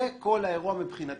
זה כל האירוע מבחינתי.